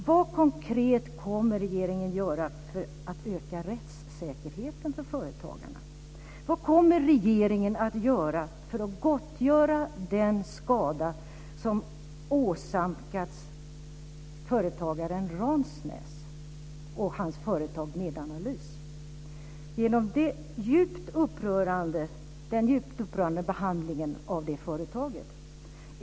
Vad konkret kommer regeringen att göra för att öka rättssäkerheten för företagarna? Vad kommer regeringen att göra för att gottgöra den skada som åsamkats företagaren Ransnäs och hans företag Medanalys genom den djupt upprörande behandlingen av det företaget?